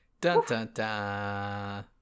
Dun-dun-dun